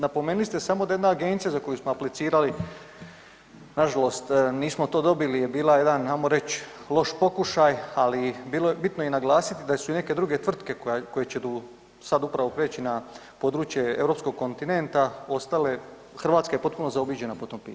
Napomenuli ste samo da je jedna agencija za koju smo aplicirali nažalost nismo to dobili je bila jedan, ajmo reć loš pokušaj, ali bitno je naglasiti da su i neke druge tvrtke koje će sada upravo prijeći na područje europskog kontinenta ostale Hrvatska je potpuno zaobiđena po tom pitanju.